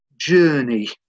journey